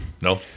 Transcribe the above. No